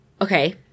Okay